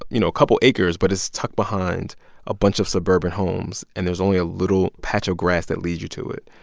you know, a couple acres, but it's tucked behind a bunch of suburban homes, and there's only a little patch of grass that'll lead you to it.